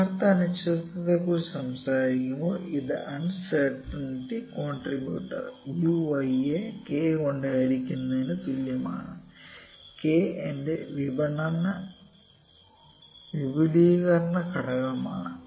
യഥാർത്ഥ അനിശ്ചിതത്വത്തെക്കുറിച്ച് സംസാരിക്കുമ്പോൾ ഇത് അൺസെര്ടിനിറ്റി കോണ്ട്രിബ്യുട്ടർ Ui യെ k കൊണ്ട് ഹരിക്കുന്നുന്നതിനു തുല്യമാണ് k എന്റെ വിപുലീകരണ ഘടകമാണ്